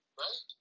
right